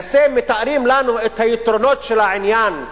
למעשה, מתארים לנו את היתרונות של העניין,